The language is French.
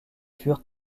furent